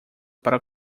para